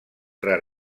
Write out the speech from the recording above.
rar